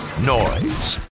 Noise